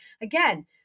again